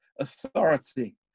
authority